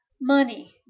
money